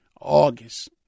August